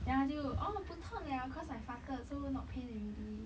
then 他就 oh 不痛 liao because I farted so not pain already